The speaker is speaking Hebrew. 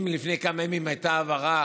אם לפני כמה ימים הייתה העברה